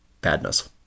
badness